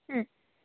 മ്മ്